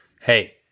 hey